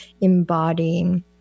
embodying